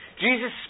Jesus